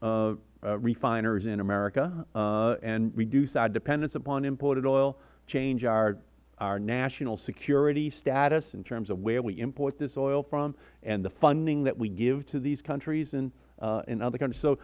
refiners in america and reduce our dependence upon imported oil change our national security status in terms of where we import this oil from and the funding that we give to these countries and other countries so